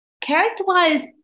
Character-wise